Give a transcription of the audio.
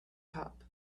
top